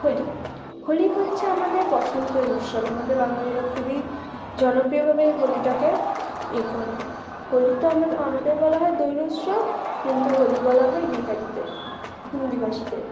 হোলি হোলি হচ্ছে আমাদের বসন্তের উৎসব আমাদের বাঙালিরা খুবই জনপ্রিয়ভাবে এই হোলিটাকে ইয়ে করে হোলি তো আমাদের বলা হয় দোল উৎসব কিন্তু হোলি বলা হয় বিহারিদের হিন্দিভাষীদের